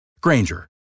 Granger